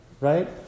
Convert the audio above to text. right